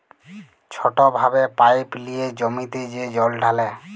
ছট ভাবে পাইপ লিঁয়ে জমিতে যে জল ঢালে